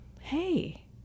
hey